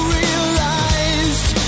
realized